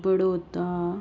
Baroda